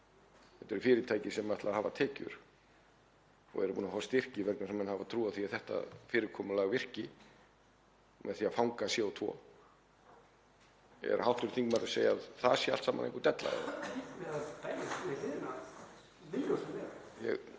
Þetta eru fyrirtæki sem ætla að hafa tekjur og eru búin að fá styrki vegna þess að menn hafa trú á því að þetta fyrirkomulag virki, með því að fanga CO2. Er hv. þingmaður að segja að það sé allt saman einhver della?